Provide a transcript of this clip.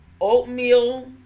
Oatmeal